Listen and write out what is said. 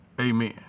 Amen